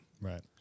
right